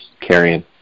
carrying